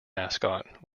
mascot